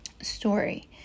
story